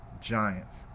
Giants